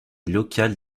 local